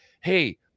Hey